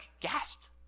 gasped